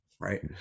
right